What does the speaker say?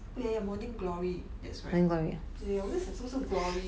oh ya ya morning glory that's right ya ya 我在想是不是 glory